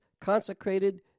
consecrated